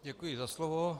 Děkuji za slovo.